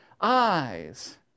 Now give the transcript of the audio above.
eyes